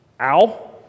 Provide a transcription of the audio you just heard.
ow